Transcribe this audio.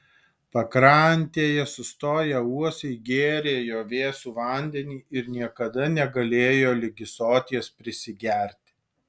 pakrantėje sustoję uosiai gėrė jo vėsų vandenį ir niekada negalėjo ligi soties prisigerti